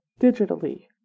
digitally